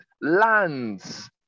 lands